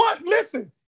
Listen